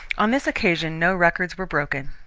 on this occasion no records were broken.